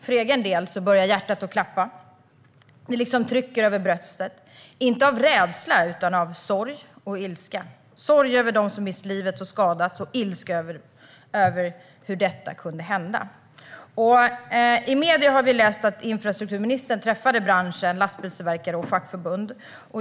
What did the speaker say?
För egen del börjar hjärtat att klappa. Det liksom trycker över bröstet, inte av rädsla utan av sorg och ilska. Det är sorg över dem som mist livet och skadats och ilska över hur detta kunde hända. I medier har vi läst att infrastrukturministern träffade branschen, lastbilstillverkare och fackförbund.